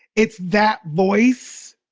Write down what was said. it's that voice.